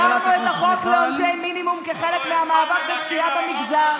העברנו את החוק לעונשי מינימום כחלק מהמאבק בפשיעת המגזר.